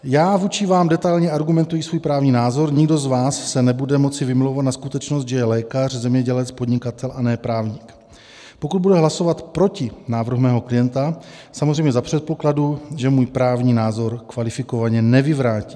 Já vůči vám detailně argumentuji svůj právní názor, nikdo z vás se nebude moci vymlouvat na skutečnost, že je lékař, zemědělec, podnikatel, a ne právník, pokud bude hlasovat proti návrhu mého klienta, samozřejmě za předpokladu, že můj právní názor kvalifikovaně nevyvrátí.